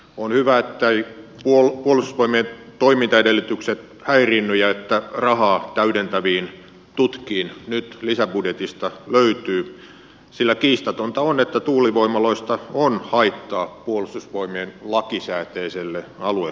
on hyvä etteivät puolustusvoimien toimintaedellytykset häiriinny ja että rahaa täydentäviin tutkiin nyt lisäbudjetista löytyy sillä kiistatonta on että tuulivoimaloista on haittaa puolustusvoimien lakisääteiselle aluevalvonnalle